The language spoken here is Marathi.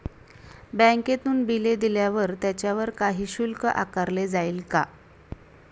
बँकेतून बिले दिल्यावर त्याच्यावर काही शुल्क आकारले जाईल का?